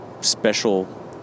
special